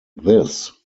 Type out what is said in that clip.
this